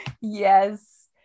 yes